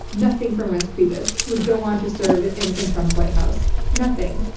nothing from reince priebus, who would go on to serve in in trump's white house. nothing.